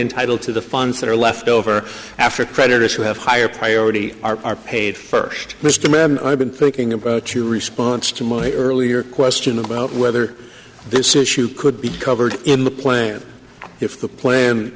entitled to the funds that are left over after creditors who have higher priority are paid first mr mann i've been thinking about your response to my earlier question about whether this issue could be covered in the plan if the plan